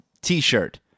t-shirt